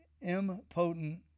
impotent